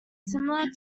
similar